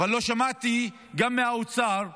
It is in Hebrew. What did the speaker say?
אבל לא שמעתי גם מהאוצר,